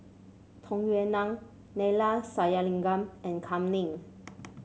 Tung Yue Nang Neila Sathyalingam and Kam Ning